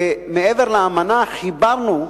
ומעבר לאמנה חיברנו,